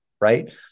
right